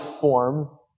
forms